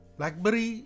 Blackberry